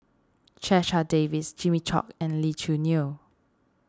Checha Davies Jimmy Chok and Lee Choo Neo